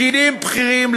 פקידים בכירים,